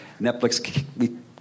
Netflix